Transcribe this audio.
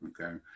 okay